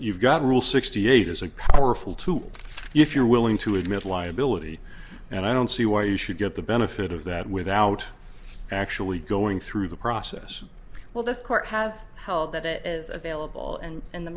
you've got a rule sixty eight is a powerful tool if you're willing to admit liability and i don't see why you should get the benefit of that without actually going through the process well this court has held that it is available and in the